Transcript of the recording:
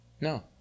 No